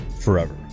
forever